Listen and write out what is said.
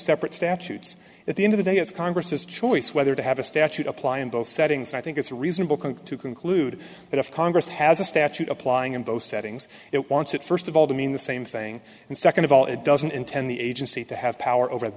separate statutes at the end of the day it's congress's choice whether to have a statute apply in both settings i think it's reasonable can to conclude that if congress has a statute applying in both settings it wants it first of all to mean the same thing and second of all it doesn't intend the agency to have power over